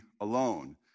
alone